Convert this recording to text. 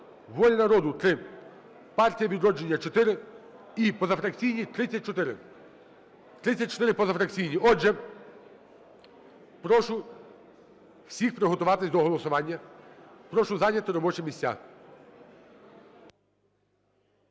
"Воля народу" – 3, "Партія "Відродження" – 4 і позафракційні – 34. 34 – позафракційні. Отже, прошу всіх приготуватися до голосування, прошу зайняти робочі місця.